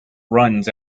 runs